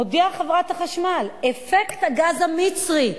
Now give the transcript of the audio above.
מודיעה חברת החשמל, "אפקט הגז המצרי",